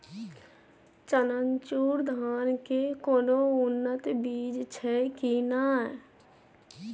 चननचूर धान के कोनो उन्नत बीज छै कि नय?